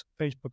Facebook